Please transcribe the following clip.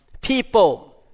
people